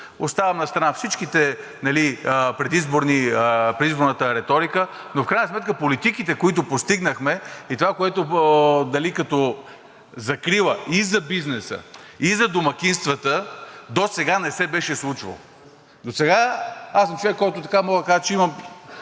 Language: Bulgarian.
Оставям настрана всичката предизборна риторика, но в крайна сметка политиките, които постигнахме, и това, което е закрила и за бизнеса, и за домакинствата, досега не се беше случвало. Аз съм човек, който мога да кажа, че имам